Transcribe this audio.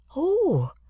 Oh